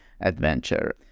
adventure